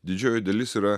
didžioji dalis yra